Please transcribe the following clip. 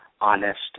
honest